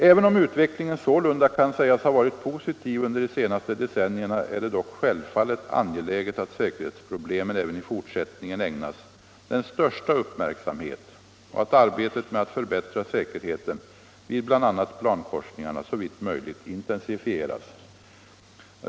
Även om utvecklingen sålunda kan sägas ha varit positiv under de senaste decennierna, är det dock självfallet angeläget att säkerhetsproblemen även i fortsättningen ägnas den största uppmärksamhet och att arbetet med att förbättra säkerheten vid bl.a. plankorsningarna såvitt möjligt intensifieras.